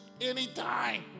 anytime